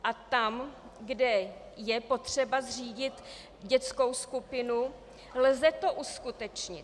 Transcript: A tam, kde je potřeba zřídit dětskou skupinu, lze to uskutečnit.